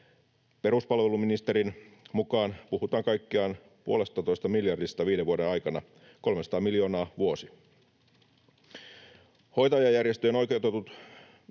Peruspalveluministerin mukaan puhutaan kaikkiaan puolestatoista miljardista viiden vuoden aikana, 300 miljoonaa joka vuosi. Hoitajajärjestöjen oikeutetut,